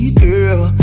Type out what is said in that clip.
girl